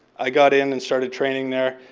i got in and started training there.